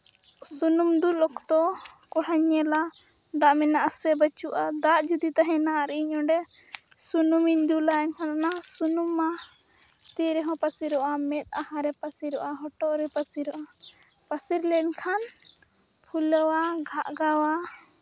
ᱥᱩᱱᱩᱢ ᱫᱩᱞ ᱚᱠᱛᱚ ᱠᱚᱲᱦᱟᱧ ᱧᱮᱞᱟ ᱫᱟᱜ ᱢᱮᱱᱟᱜ ᱟᱥᱮ ᱵᱟᱹᱪᱩᱜᱼᱟ ᱫᱟᱜ ᱡᱩᱫᱤ ᱛᱟᱦᱮᱱᱟ ᱟᱨ ᱤᱧ ᱚᱸᱰᱮ ᱥᱩᱱᱩᱢᱤᱧ ᱫᱩᱞᱟ ᱮᱱᱠᱷᱟᱱ ᱚᱱᱟ ᱥᱩᱱᱩᱢ ᱢᱟ ᱛᱤ ᱨᱮᱦᱚᱸ ᱯᱟᱹᱥᱤᱨᱚᱜᱼᱟ ᱢᱮᱫᱦᱟ ᱨᱮ ᱯᱟᱹᱥᱤᱨᱚᱜᱼᱟ ᱦᱚᱴᱚᱜ ᱨᱮ ᱯᱟᱹᱤᱨᱚᱜᱼᱟ ᱯᱟᱹᱥᱤᱨ ᱞᱮᱱᱠᱷᱟᱱ ᱯᱷᱩᱞᱟᱹᱣᱟ ᱜᱷᱟᱜᱟᱣᱟ